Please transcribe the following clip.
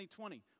2020